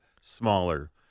smaller